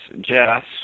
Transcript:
Jess